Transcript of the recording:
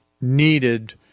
needed